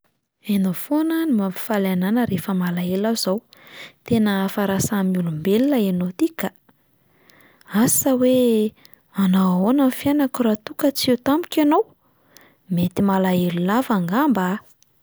“Hainao foana ny mampifaly anahy na rehefa malahelo aza aho. Tena hafa raha samy olombelona ianao 'ty ka! Asa hoe hanao ahoana ny fiainako raha toa ka tsy eo tampoka ianao? Mety malahelo lava angamba!"